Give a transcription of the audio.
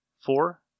Four